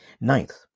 Ninth